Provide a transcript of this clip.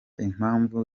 impamvu